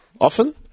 often